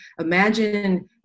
imagine